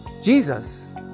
Jesus